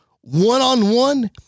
One-on-one